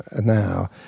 now